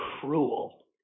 cruel